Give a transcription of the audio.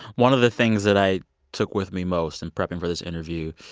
one of the things that i took with me most in prepping for this interview,